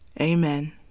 Amen